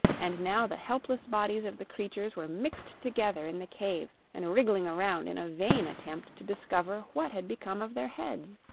and now the helpless bodies of the creatures were mixed together in the cave and wriggling around in a vain attempt to discover what had become of their heads.